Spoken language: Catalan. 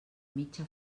mitja